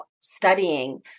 studying